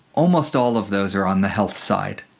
almost all of those are on the health side,